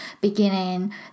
beginning